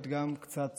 להיות גם קצת צנועים.